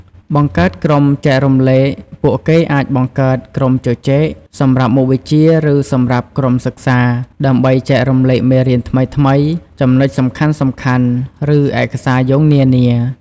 បង្កើតក្រុមចែករំលែក ពួកគេអាចបង្កើត ក្រុមជជែក សម្រាប់មុខវិជ្ជា ឬសម្រាប់ក្រុមសិក្សា ដើម្បីចែករំលែកមេរៀនថ្មីៗ ចំណុចសំខាន់ៗ ឬឯកសារយោងនានា។